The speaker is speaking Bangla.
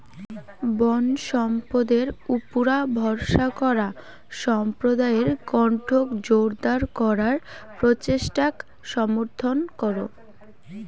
বনসম্পদের উপুরা ভরসা করা সম্প্রদায়ের কণ্ঠক জোরদার করার প্রচেষ্টাক সমর্থন করো